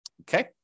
okay